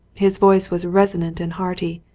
his voice was resonant and hearty,